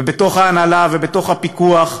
ובתוך ההנהלה, ובתוך הפיקוח,